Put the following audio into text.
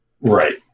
Right